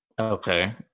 Okay